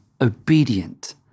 obedient